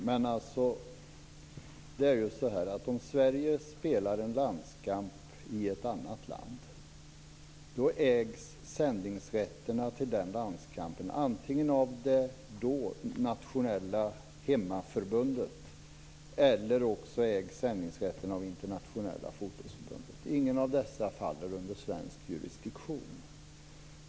Herr talman! Om Sverige spelar en landskamp i ett annat land ägs sändningsrättigheterna till den landskampen antingen av det nationella hemmaförbundet eller av det internationella fotbollsförbundet. Ingen av dessa faller under svensk jurisdiktion.